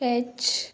sketch